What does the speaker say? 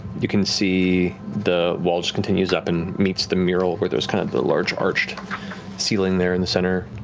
you can see the wall just continues up and meets the mural where there's kind of the large arched ceiling there in the center.